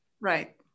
Right